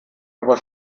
aber